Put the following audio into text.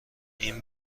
این